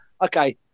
Okay